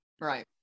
Right